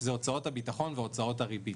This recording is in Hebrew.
שזה הוצאות הביטחון והוצאות הריבית.